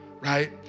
right